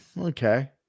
Okay